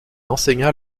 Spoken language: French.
enseigna